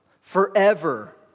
forever